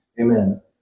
Amen